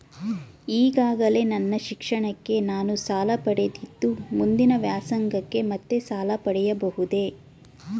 ಈಗಾಗಲೇ ನನ್ನ ಶಿಕ್ಷಣಕ್ಕೆ ನಾನು ಸಾಲ ಪಡೆದಿದ್ದು ಮುಂದಿನ ವ್ಯಾಸಂಗಕ್ಕೆ ಮತ್ತೆ ಸಾಲ ಪಡೆಯಬಹುದೇ?